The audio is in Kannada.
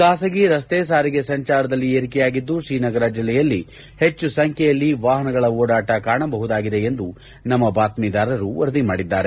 ಖಾಸಗಿ ರಸ್ತೆ ಸಾರಿಗೆ ಸಂಚಾರದಲ್ಲಿ ಏರಿಕೆಯಾಗಿದ್ದು ಶ್ರೀನಗರ ಜಿಲ್ಲೆಯಲ್ಲಿ ಹೆಚ್ಚು ಸಂಖ್ಯೆಯಲ್ಲಿ ವಾಹನಗಳ ಓಡಾಟ ಕಾಣಬಹುದು ಎಂದು ನಮ್ಮ ಬಾತ್ಮೀದಾರರು ವರದಿ ಮಾಡಿದ್ದಾರೆ